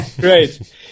Great